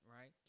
right